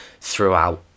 throughout